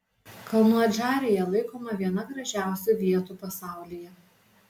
kalnų adžarija laikoma viena gražiausių vietų pasaulyje